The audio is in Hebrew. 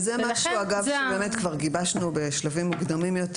זה משהו שבאמת כבר גיבשנו בשלבים מוקדמים יותר.